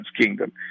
kingdom